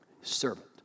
servant